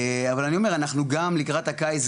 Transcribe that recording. אבל אני אומר אנחנו גם לקראת הקיץ,